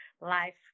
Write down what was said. life